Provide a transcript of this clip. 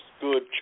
Good